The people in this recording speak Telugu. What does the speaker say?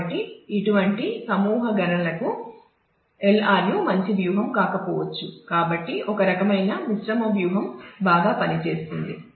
కాబట్టి ఇటువంటి సమూహ గణనలకు LRU మంచి వ్యూహం కాకపోవచ్చు కాబట్టి ఒకరకమైన మిశ్రమ వ్యూహం బాగా పనిచేస్తుంది